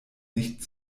nicht